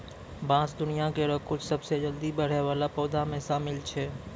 बांस दुनिया केरो कुछ सबसें जल्दी बढ़ै वाला पौधा म शामिल छै